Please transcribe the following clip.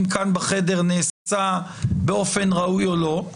כאן בחדר נעשה באופן ראוי או לא,